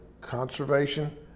conservation